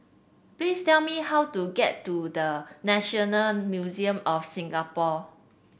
please tell me how to get to The National Museum of Singapore